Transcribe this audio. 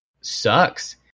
sucks